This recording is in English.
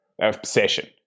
obsession